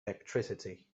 electricity